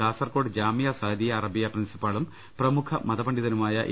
കാസർകോട് ജാമിഅ സഅദിയ്യ അറബിയ പ്രിൻസിപ്പാളും പ്രമുഖ പണ്ഡിതനുമായ എ